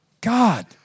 God